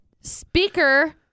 speaker